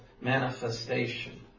manifestation